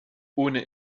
ohne